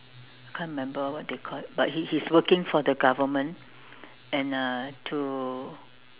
can't remember what they call it but he he is working for the government and uh to